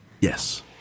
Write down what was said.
Yes